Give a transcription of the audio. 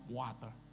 water